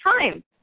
time